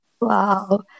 wow